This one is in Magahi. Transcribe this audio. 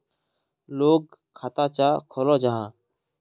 लोग खाता चाँ खोलो जाहा?